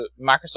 Microsoft